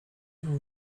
vous